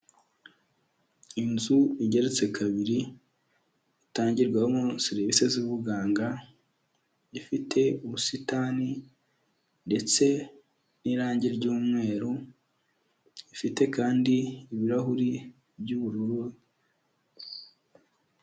Inzu igeretse kabiri, itangirwamo serivisi z'ubuganga, ifite ubusitani ndetse n'irangi ry'umweru, ifite kandi ibirahuri by'ubururu.